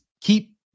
keep